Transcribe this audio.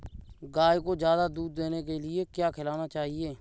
गाय को ज्यादा दूध देने के लिए क्या खिलाना चाहिए?